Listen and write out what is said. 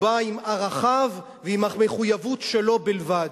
בא עם ערכיו ועם המחויבות שלו בלבד.